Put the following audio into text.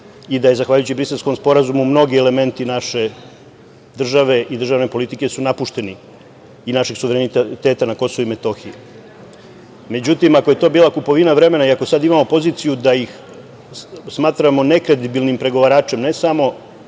i da, zahvaljujući Briselskom sporazumu. mnogi elementi naše države i državne politike su napušteni i našeg suvereniteta na Kosovu i Metohiji.Međutim, ako je to bilo kupovina vremena i ako sad imamo poziciju da ih smatramo nekredibilnim pregovaračem, ne samo